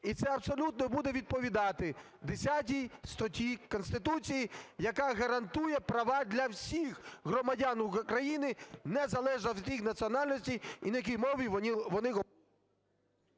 і це абсолютно буде відповідати 10 статті Конституції, яка гарантує права для всіх громадян України, незалежно від їх національності і на якій мові вони…